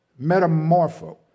metamorpho